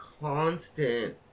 constant